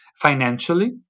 financially